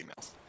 emails